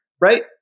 right